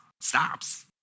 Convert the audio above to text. stops